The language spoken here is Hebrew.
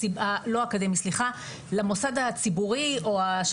למוסד הציבורי.